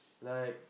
like